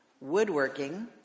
Woodworking